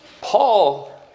Paul